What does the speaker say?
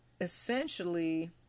essentially